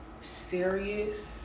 serious